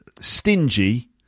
stingy